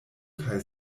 kaj